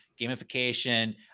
gamification